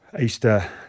Easter